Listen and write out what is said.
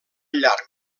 llarg